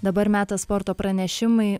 dabar metas sporto pranešimai